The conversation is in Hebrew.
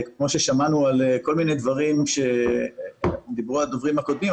כמו ששמענו על כל מיני דברים שדיברו הדוברים הקודמים.